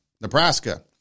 Nebraska